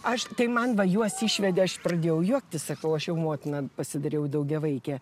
aš tai man va juos išvedė aš pradėjau juoktis sakau aš jau motina pasidariau daugiavaikė